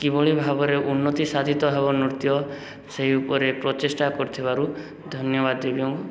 କିଭଳି ଭାବରେ ଉନ୍ନତି ସାଧିତ ହେବ ନୃତ୍ୟ ସେହି ଉପରେ ପ୍ରଚେଷ୍ଟା କରିଥିବାରୁ ଧନ୍ୟବାଦ ଦେବି ମୁଁ ରାଜ୍ୟ ସରକାରଙ୍କୁ